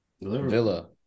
Villa